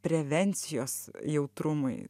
prevencijos jautrumui